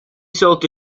sollte